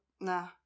Nah